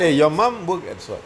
eh your mum work as what